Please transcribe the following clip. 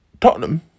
Tottenham